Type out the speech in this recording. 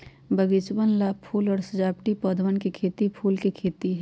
बगीचवन ला फूल और सजावटी पौधवन के खेती फूल के खेती है